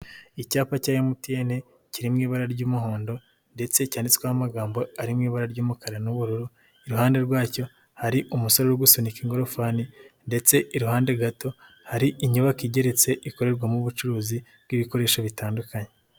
Icyapa cya MTN kiri mu ibara ry'umuhondo ndetse cyanditseho amagambo ari mu ibara ry'umukara n'ubururu, iruhande rwacyo hari umusore uri gusunika ingorofani ndetse iruhande gato hari inyubako igeretse ikorerwamo ubucuruzi bw'ibikoresho bitandukanye.